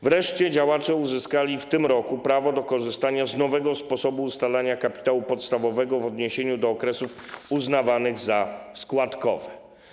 Wreszcie w tym roku działacze uzyskali prawo do korzystania z nowego sposobu ustalania kapitału podstawowego w odniesieniu do okresów uznawanych za składkowe.